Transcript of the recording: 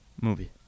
movie